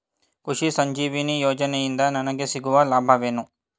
ಕೃಷಿ ಸಂಜೀವಿನಿ ಯೋಜನೆಯಿಂದ ನನಗೆ ಸಿಗುವ ಲಾಭವೇನು?